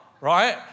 Right